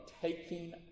taking